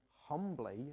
humbly